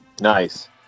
Nice